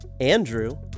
Andrew